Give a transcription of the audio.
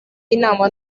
inama